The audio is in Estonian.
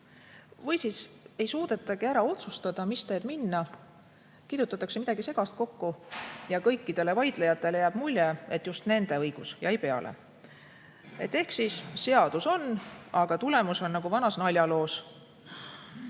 Või siis ei suudetagi ära otsustada, mis teed minna. Kirjutatakse midagi segast kokku ja kõikidele vaidlejatele jääb mulje, et just nende õigus jäi peale. Ehk siis seadus on, aga tulemus on nagu vanas naljaloos,